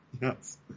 Yes